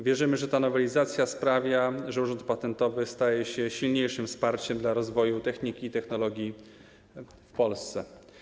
Wierzymy, że ta nowelizacja sprawia, że Urząd Patentowy staje się silniejszym wsparciem dla rozwoju techniki i technologii w Polsce.